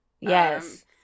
Yes